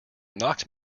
knocked